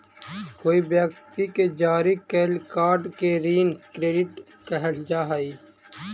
कोई व्यक्ति के जारी कैल कार्ड के ऋण क्रेडिट कहल जा हई